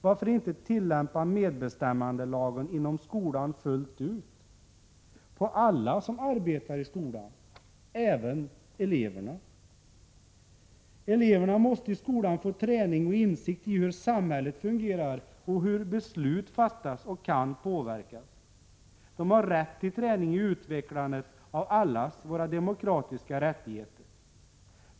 Varför inte tillämpa medbestämmandelagen inom skolan fullt ut på alla som arbetar där, även eleverna? Eleverna måste i skolan få träning och insikt i hur samhället fungerar och i hur beslut fattas och kan påverkas. De har rätt till träning i utvecklandet av allas våra demokratiska rättigheter.